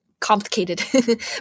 complicated